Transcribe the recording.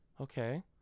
okay